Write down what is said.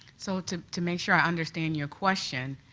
so to to make sure i understand your question,